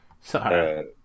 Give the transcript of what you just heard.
Sorry